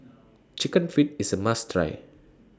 Chicken Feet IS A must Try